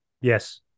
Yes